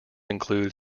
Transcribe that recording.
include